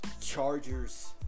Chargers